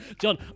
john